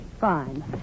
Fine